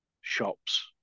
shops